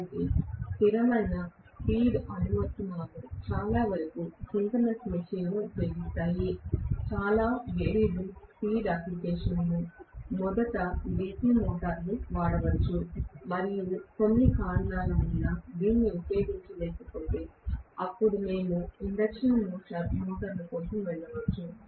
కాబట్టి స్థిరమైన స్పీడ్ అనువర్తనాలు చాలావరకు సింక్రోనస్ మెషీన్ను ఉపయోగిస్తాయి చాలా వేరియబుల్ స్పీడ్ అప్లికేషన్లు మొదట DC మోటార్లు వాడవచ్చు మరియు కొన్ని కారణాల వల్ల దీనిని ఉపయోగించలేకపోతే అప్పుడు మేము ఇండక్షన్ మోటార్లు కోసం వెళ్ళవచ్చు